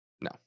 No